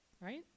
Right